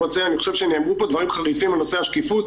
אני חושב שנאמרו פה דברים חריפים על נושא השקיפות,